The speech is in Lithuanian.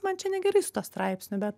man čia negerai su tuo straipsniu bet